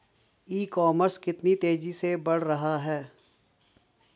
ई commerce कितनी तेजी से बढ़ रहा है?